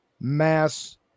mass